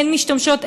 הן משתמשות,